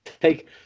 Take